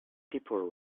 people